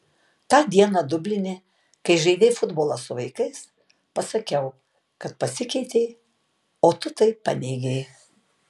tą dieną dubline kai žaidei futbolą su vaikais pasakiau kad pasikeitei o tu tai paneigei